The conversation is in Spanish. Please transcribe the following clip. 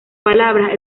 palabras